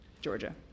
Georgia